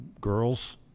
girls